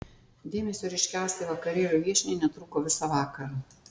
dėmesio ryškiausiai vakarėlio viešniai netrūko visą vakarą